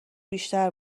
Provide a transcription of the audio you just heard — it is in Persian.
بیشتر